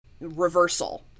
reversal